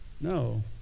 No